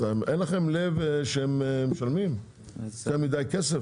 אין לכם לב שהם משלמים יותר מדי כסף?